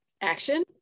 action